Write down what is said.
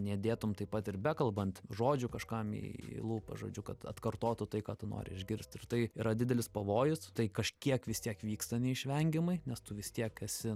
nedėtum taip pat ir bekalbant žodžių kažkam į lūpas žodžiu kad atkartotų tai ką tu nori išgirst ir tai yra didelis pavojus tai kažkiek vis tiek vyksta neišvengiamai nes tu vis tiek esi